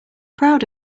proud